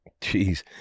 Jeez